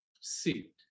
seat